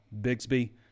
Bixby